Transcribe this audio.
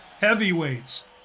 heavyweights